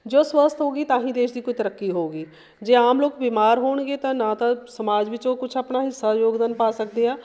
ਜੋ ਸਵਸਥ ਹੋ ਗਈ ਤਾਂ ਹੀ ਦੇਸ਼ ਦੀ ਕੋਈ ਤਰੱਕੀ ਹੋਵੇਗੀ ਜੇ ਆਮ ਲੋਕ ਬਿਮਾਰ ਹੋਣਗੇ ਤਾਂ ਨਾ ਤਾਂ ਸਮਾਜ ਵਿੱਚ ਉਹ ਕੁਝ ਆਪਣਾ ਹਿੱਸਾ ਯੋਗਦਾਨ ਪਾ ਸਕਦੇ ਆ